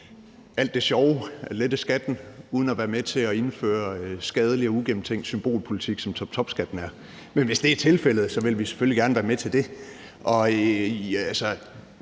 alt det sjove, at lette skatten, uden at være med til at indføre skadelig og uigennemtænkt symbolpolitik, som toptopskatten er. Men hvis det er tilfældet, vil vi selvfølgelig gerne være med til det.